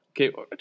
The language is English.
Okay